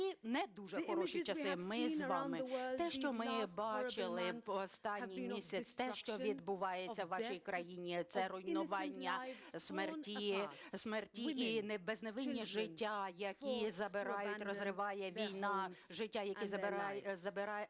і не дуже хороші часи – ми з вами. Те, що ми бачили в останній місяць, те, що відбувається у вашій країні – це руйнування, смерті і безневинні життя, які забирають, розриває війна, життя, які забирає…